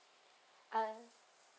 uh